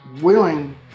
willing